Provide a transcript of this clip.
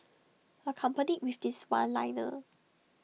accompanied with this one liner